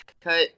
cut